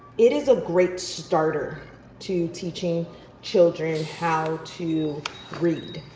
it is a great starter to teaching children how to read,